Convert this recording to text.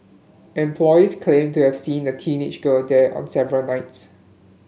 employees claimed to have seen a teenage girl there on several nights